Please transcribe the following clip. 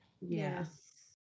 Yes